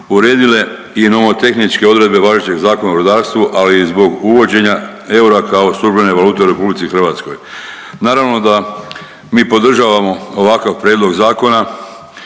uredile i nomotehničke odredbe važećeg Zakona o rudarstvu, ali i zbog uvođenja eura kao službene valute u Republici Hrvatskoj. Naravno da mi podržavamo ovakav prijedlog zakona